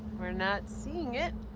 we're not seeing it.